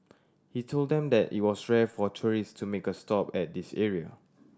he told them that it was rare for tourist to make a stop at this area